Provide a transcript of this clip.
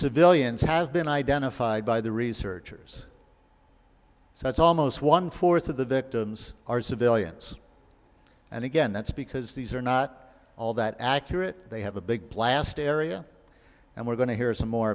civilians have been identified by the researchers so that's almost one fourth of the victims are civilians and again that's because these are not all that accurate they have a big blast area and we're going to hear some more